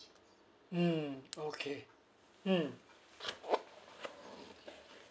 mm okay mm